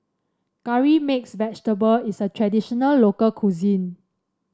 Curry Mixed Vegetable is a traditional local cuisine